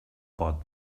pot